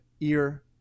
ear